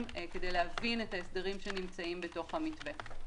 כדי להבין את ההסדרים שנמצאים בתוך המתווה.